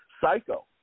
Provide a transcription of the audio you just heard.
Psycho